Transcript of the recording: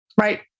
right